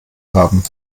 haben